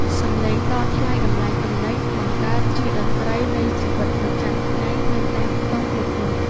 សំឡេងតថ្លៃតម្លៃទំនិញបង្កើតជាតន្ត្រីនៃជីវិតប្រចាំថ្ងៃនៅតាមតូបលក់ដូរ។